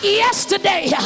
yesterday